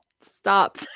stop